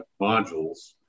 modules